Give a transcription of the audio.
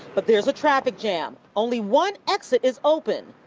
but there's a traffic jam. only one exit is open.